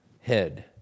head